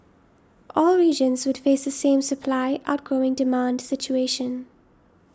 all regions would face the same supply outgrowing demand situation